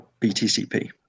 BTCP